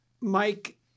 Mike